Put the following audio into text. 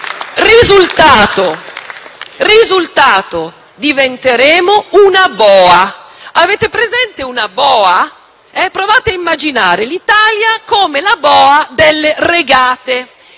risultato è che diventeremo una boa. Avete presente una boa? Provate a immaginare l'Italia come la boa delle regate,